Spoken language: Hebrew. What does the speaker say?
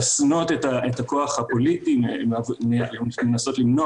שמרסנות את הכוח הפוליטי ומנסות למנוע